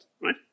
right